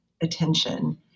attention